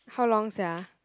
how long sia